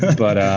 but.